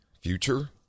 future